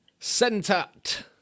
Sentat